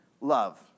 love